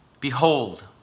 Behold